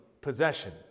possession